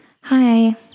Hi